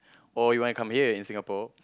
or you want to come here in Singapore